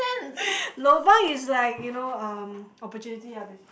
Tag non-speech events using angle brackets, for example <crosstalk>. <breath> lobang is like you know um opportunity lah basic